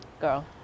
Girl